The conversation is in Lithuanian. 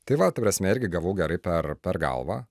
tai va ta prasme irgi gavau gerai per per galvą